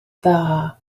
dda